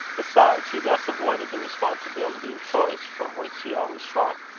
besides, he thus avoided the responsibility of choice, from which he always shrunk.